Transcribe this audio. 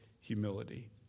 humility